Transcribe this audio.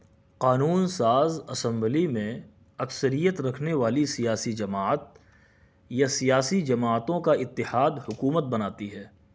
قانون ساز اسمبلی میں اکثریت رکھنے والی سیاسی جماعت یا سیاسی جماعتوں کا اتحاد حکومت بناتی ہے